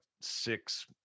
six